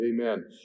Amen